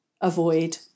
avoid